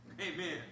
Amen